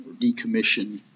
decommission